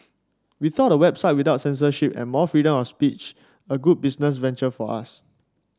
we thought a website without censorship and more freedom of speech a good business venture for us